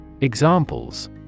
Examples